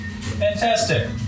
Fantastic